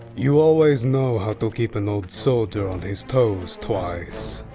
you always know how to keep an old soldier on his toes, twice.